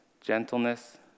gentleness